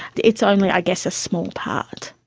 it's only i guess a small part.